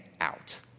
out